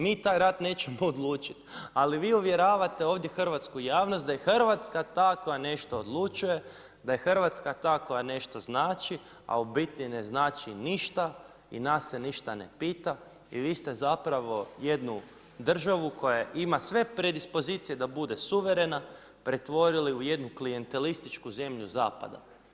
Mi taj rat nećemo odlučiti, ali vi uvjerite ovdje hrvatsku javnost da je Hrvatska ta koja nešto odlučuje, da je Hrvatska ta koja nešto znači, a u biti ne znači ništa i nas se ništa ne pita i vi ste zapravo jednu državu koja ima sve predispozicije da bude suvremena, pretvorili u jednu klijentelističku zemlju zapada.